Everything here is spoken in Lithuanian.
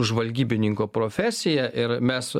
žvalgybininko profesija ir mes